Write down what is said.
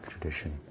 tradition